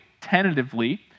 tentatively